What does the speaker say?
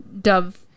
Dove